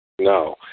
No